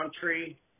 country